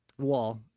wall